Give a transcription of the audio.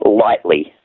lightly